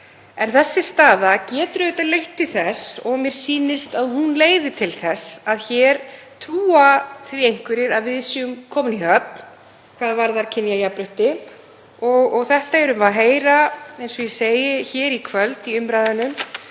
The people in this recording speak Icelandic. En þessi staða getur auðvitað leitt til þess, og mér sýnist að hún leiði til þess, að hér trúa því einhverjir að við séum komin í höfn hvað varðar kynjajafnrétti og þetta erum við að heyra, eins og ég segi, hér í kvöld í umræðunni